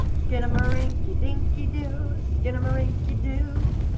skinnamarink-a-dinky-doo. skinnamarinky-doo.